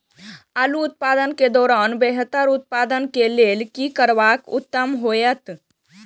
आलू उत्पादन के दौरान बेहतर उत्पादन के लेल की करबाक उत्तम होयत?